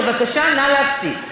בבקשה, נא להפסיק.